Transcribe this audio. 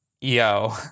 yo